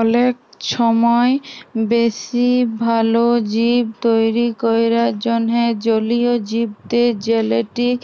অলেক ছময় বেশি ভাল জীব তৈরি ক্যরার জ্যনহে জলীয় জীবদের জেলেটিক